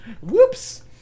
Whoops